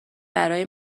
برای